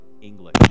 English